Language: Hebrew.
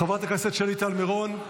חברות הכנסת שלי טל מירון,